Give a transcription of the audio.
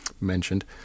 mentioned